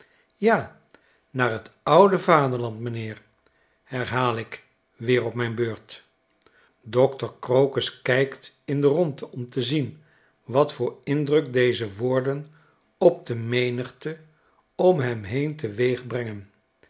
ja naar t oude vaderland m'nheer herhaal ik weer op mijn beurt dokter crocus kijkt in de rondte om te zien wat voor indruk deze woorden op de menigte om hem heen